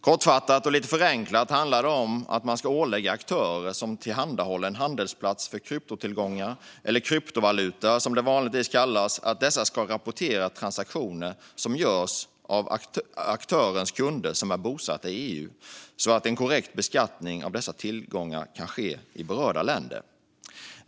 Kortfattat och lite förenklat handlar det om att man ska ålägga aktörer som tillhandahåller en handelsplats för kryptotillgångar, eller kryptovalutor som det vanligtvis kallas, att rapportera transaktioner som görs av kunder till aktören som är bosatta i EU så att en korrekt beskattning av dessa tillgångar kan ske i berörda länder.